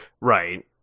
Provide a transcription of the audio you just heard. Right